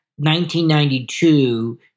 1992